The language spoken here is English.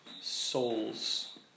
souls